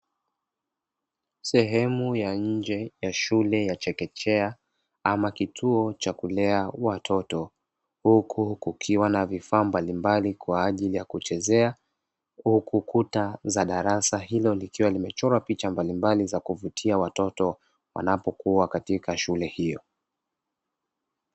Sehemu ya nje ya shule ya chekechea ama kituo cha kulea watoto huku kukiwa na vifaa mbalimbali kwajili ya kuchezea, huku kuta za darasa hilo likiwa limechorwa picha mbalimbali za kuvutia watoto wanapokuwa katika shule hiyo.